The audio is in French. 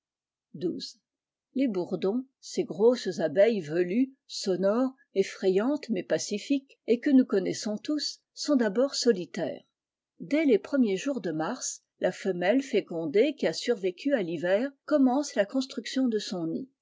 xii les bourdons ces grosses abeilles velues sonores effrayantes mais pacifiques et que nous coiuiaîssons tous sont d'abord solitaires dès les premiers jours de mars la femelle fécondée qui a survécu à l'hiver commence la constructian de son nid